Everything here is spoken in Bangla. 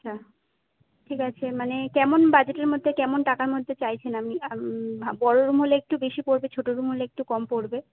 আচ্ছা ঠিক আছে মানে কেমন বাজেটের মধ্যে কেমন টাকার মধ্যে চাইছেন আপনি বড় রুম হলে একটু বেশি পড়বে ছোট রুম হলে একটু কম পড়বে